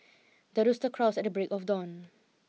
the rooster crows at the break of dawn